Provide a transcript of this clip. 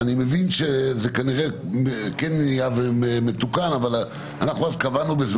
אני מבין שכנראה זה כן תוקן אבל אנחנו בזמנו